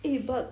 eh but